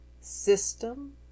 system